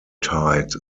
tide